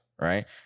Right